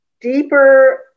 deeper